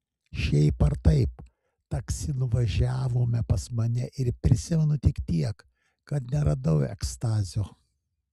šiaip ar taip taksi nuvažiavome pas mane ir prisimenu tik tiek kad neradau ekstazio